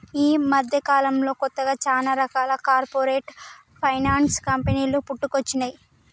యీ మద్దెకాలంలో కొత్తగా చానా రకాల కార్పొరేట్ ఫైనాన్స్ కంపెనీలు పుట్టుకొచ్చినై